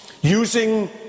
using